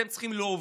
אתם צריכים להוביל.